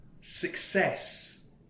success